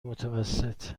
متوسط